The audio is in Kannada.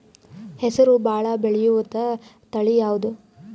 ಹೆಸರು ಭಾಳ ಬೆಳೆಯುವತಳಿ ಯಾವದು?